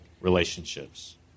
relationships